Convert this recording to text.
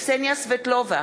קסניה סבטלובה,